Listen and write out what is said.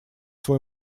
свой